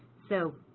so